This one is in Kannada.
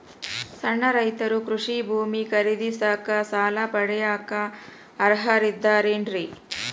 ಸಣ್ಣ ರೈತರು ಕೃಷಿ ಭೂಮಿ ಖರೇದಿಸಾಕ, ಸಾಲ ಪಡಿಯಾಕ ಅರ್ಹರಿದ್ದಾರೇನ್ರಿ?